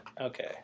Okay